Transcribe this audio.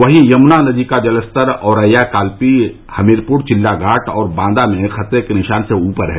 वहीं यमुना नदी का जल स्तर औरैया कालपी हमीरपुर चिल्लाघाट बांदा में खतरे के निशान से ऊपर है